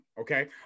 Okay